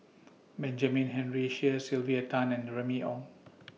Benjamin Henry Sheares Sylvia Tan and Remy Ong